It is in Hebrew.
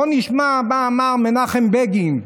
בואו נשמע מה אמר מנחם בגין: